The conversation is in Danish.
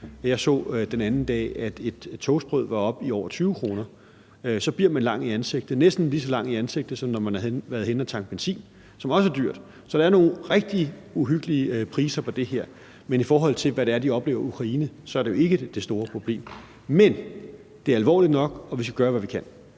Jeg så den anden dag, at et toastbrød var nået op på over 20 kr., og så bliver man lang i ansigtet – næsten lige så lang i ansigtet, som når man har været henne og tanke benzin, som også er dyrt. Så der er nogle rigtig uhyggelige priser som følge af det her, men i forhold til hvad de oplever i Ukraine, er det jo ikke det store problem. Men det er alvorligt nok, og vi skal gøre, hvad vi kan.